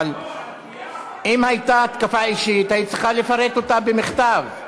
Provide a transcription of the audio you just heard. אבל אם הייתה התקפה אישית היית צריכה לפרט אותה במכתב.